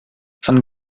von